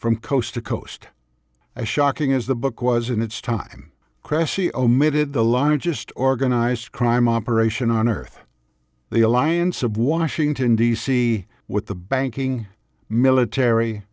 from coast to coast as shocking as the book was in its time cressy omitted the largest organized crime operation on earth the alliance of washington d c with the banking military